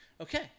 Okay